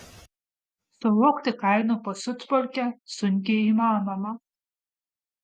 suvokti kainų pasiutpolkę sunkiai įmanoma